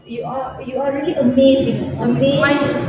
you are you are really amazed you know amazed